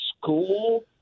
school